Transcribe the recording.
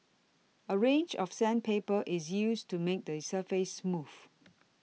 a range of sandpaper is used to make the surface smooth